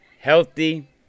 healthy